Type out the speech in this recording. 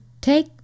take